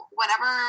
whenever